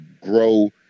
grow